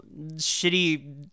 shitty